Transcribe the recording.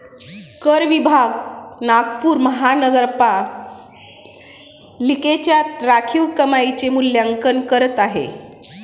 कर विभाग नागपूर महानगरपालिकेच्या राखीव कमाईचे मूल्यांकन करत आहे